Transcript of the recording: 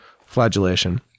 Flagellation